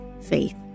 faith